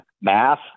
Math